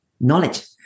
knowledge